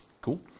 Cool